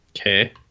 okay